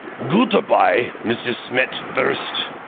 goot-a-bye, mrs. smet-thirst.